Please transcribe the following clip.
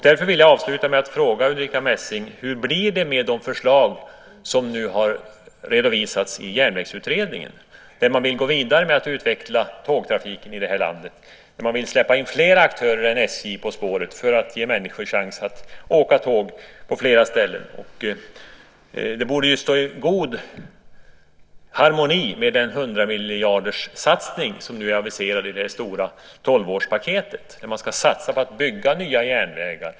Därför vill jag avsluta med att fråga Ulrica Messing hur det blir med de förslag som nu har redovisats i Järnvägsutredningen. Utredningen vill gå vidare med att utveckla tågtrafiken i landet, och utredningen vill släppa in fler aktörer än SJ på spåret för att ge människor chans att åka tåg till fler ställen. Det borde stå i god harmoni med den hundramiljarderssatsning som är aviserad i det stora tolvårspaketet. Man ska satsa på att bygga nya järnvägar.